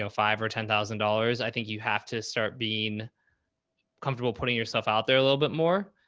so five or ten thousand dollars, i think you have to start being comfortable, putting yourself out there a little bit more,